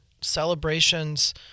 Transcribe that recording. celebrations